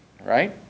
right